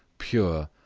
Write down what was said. pure,